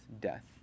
death